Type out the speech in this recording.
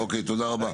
אוקי תודה רבה,